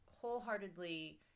wholeheartedly